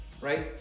right